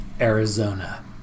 Arizona